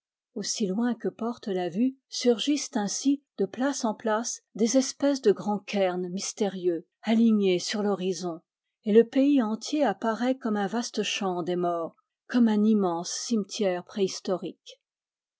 aussi loin que porte la vue surgissent ainsi de place en place des espèces de grands cairns mystérieux alignés sur l'horizon et le pays entier apparaît comme un vaste champ des morts comme un immense cimetière préhistorique